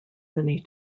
many